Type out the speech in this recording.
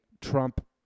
Trump